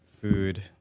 food